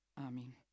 Amen